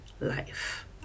life